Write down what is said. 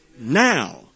Now